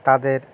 তাদের